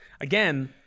Again